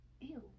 Ew